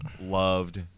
loved